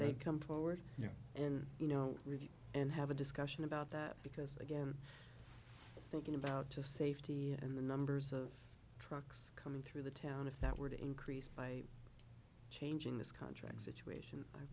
mean come forward and you know review and have a discussion about that because again thinking about just safety in the numbers of trucks coming through the town if that were to increase by changing this contract situation